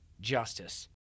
justice